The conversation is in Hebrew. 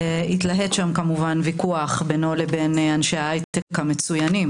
התלהט שם ויכוח בינו לבין אנשי ההייטק המצוינים